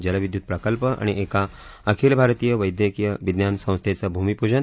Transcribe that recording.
जलविद्युत प्रकल्प आणि एका आखिल भारतीय वैद्यकीय विज्ञान संस्थेचे भूमिपूजन